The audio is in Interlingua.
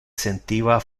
sentiva